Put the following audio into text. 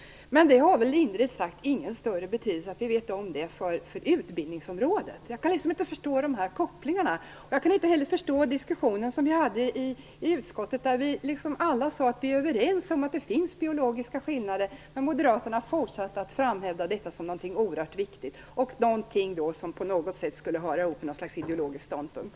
Men det har väl lindrigt sagt ingen större betydelse för utbildningsområdet att vi är medvetna om detta. Jag kan inte förstå dessa kopplingar. Jag kan inte heller förstå den diskussion som vi hade i utskottet. Alla sade att vi var överens om att det fanns biologiska skillnader. Men moderaterna fortsatte att framhäva detta som någonting oerhört viktigt och någonting som på något sätt skulle höra ihop med en ideologisk ståndpunkt.